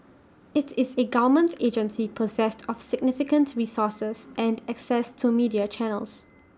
IT is A government agency possessed of significant resources and access to media channels